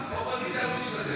בלעדיך האופוזיציה לא מסתדרת.